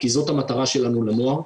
כי זאת המטרה שלנו לנוער,